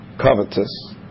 covetous